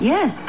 Yes